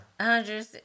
hundreds